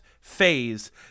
phase